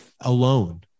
alone